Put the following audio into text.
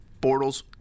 Bortles